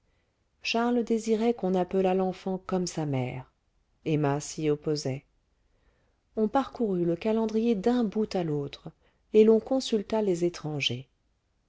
charles désirait qu'on appelât l'enfant comme sa mère emma s'y opposait on parcourut le calendrier d'un bout à l'autre et l'on consulta les étrangers